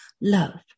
Love